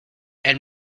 elle